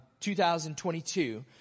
2022